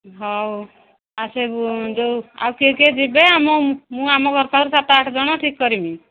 ହଉ ଆ ସେ ଯେଉଁ ଆଉ କିଏ କିଏ ଯିବେ ଆମ ମୁଁ ମୁଁ ଆମ ଘର ପାଖରୁ ସାତ ଆଠ ଜଣ ଠିକ୍ କରିବି